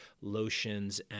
lotions